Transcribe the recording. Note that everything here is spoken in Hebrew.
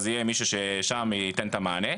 אז יהיה מישהו שם ייתן את המענה.